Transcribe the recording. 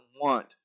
want